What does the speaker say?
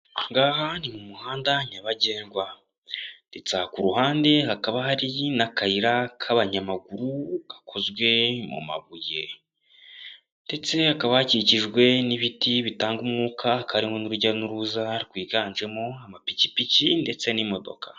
Aha ngaha ni mu muhanda nyabagendwa, ndetse ku ruhande hakaba hari n'akayira k'abanyamaguru gakozwe mu mabuye, ndetse hakaba hakikijwe n'ibiti bitanga umwuka, karimo n'urujya n'uruza rwiganjemo amapikipiki ndetse n'imodoka.